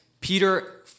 Peter